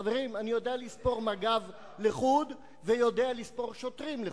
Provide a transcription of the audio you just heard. חברים, אני יודע לספור מג"ב לחוד ושוטרים לחוד.